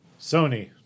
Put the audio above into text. Sony